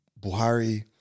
Buhari